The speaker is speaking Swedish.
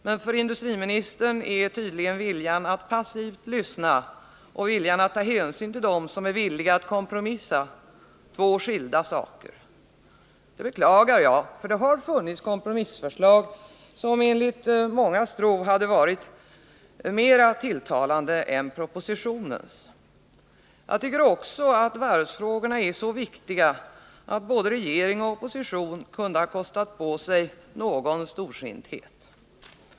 Men för industriministern är tydligen viljan att passivt lyssna och viljan att ta hänsyn till dem som är villiga att kompromissa två skilda saker. Jag beklagar det, eftersom det har funnits kompromissförslag som enligt min och mångas tro hade varit mera tilltalande än propositionens. 183 Jag tycker också att varvsfrågorna är så viktiga att både regeringen och oppositionen kunde ha kostat på sig någon storsinthet.